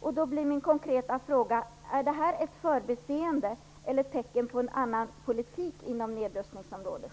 Då blir min konkreta fråga: Är detta ett förbiseende eller ett tecken på en annan politik inom nedrustningsområdet?